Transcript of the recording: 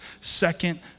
Second